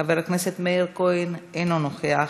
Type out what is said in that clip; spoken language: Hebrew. חברת הכנסת יעל גרמן, אינה נוכחת,